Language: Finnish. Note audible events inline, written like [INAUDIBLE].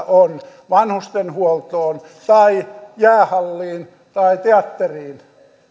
[UNINTELLIGIBLE] on vanhustenhuoltoon tai jäähalliin tai teatteriin